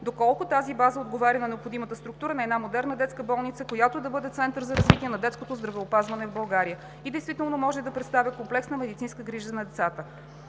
доколко тази база отговаря на необходимата структура на една модерна детска болница, която да бъде център за развитие на детското здравеопазване в България и действително да може да предоставя комплексна медицинска грижа на децата.